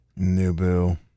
nubu